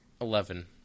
Eleven